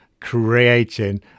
creating